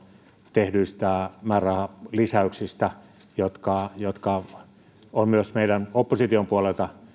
tehdyistä määrärahalisäyksistä jotka jotka ovat myös meidän opposition puolesta